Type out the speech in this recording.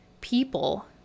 people